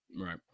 Right